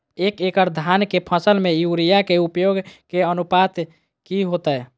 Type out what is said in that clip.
एक एकड़ धान के फसल में यूरिया के उपयोग के अनुपात की होतय?